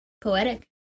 Poetic